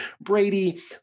Brady